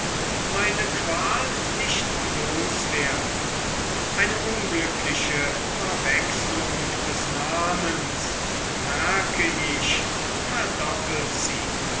meine qual nicht loswerden eine unglückliche verwechslung des namens merke ich verdoppelt sie